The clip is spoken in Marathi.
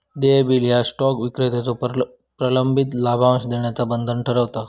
देय बिल ह्या स्टॉक विक्रेत्याचो प्रलंबित लाभांश देण्याचा बंधन ठरवता